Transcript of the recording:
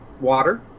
water